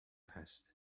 هست